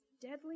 deadly